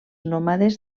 nòmades